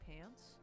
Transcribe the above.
pants